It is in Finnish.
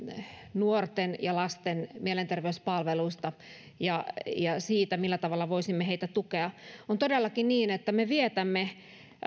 nuorten ja lasten mielenterveyspalveluista ja siitä millä tavalla voisimme heitä tukea on todellakin niin että me vietämme